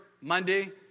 Monday